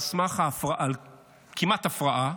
כמעט הפרעה.